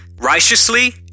righteously